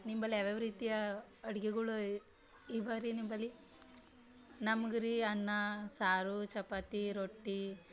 ನಿಂಬಲ್ಲಿ ಯಾವ್ಯಾವ ರೀತಿಯ ಅಡುಗೆಗಳು ಇವೆ ರೀ ನಿಂಬಲ್ಲಿ ನಮ್ಗೆ ರೀ ಅನ್ನ ಸಾರು ಚಪಾತಿ ರೊಟ್ಟಿ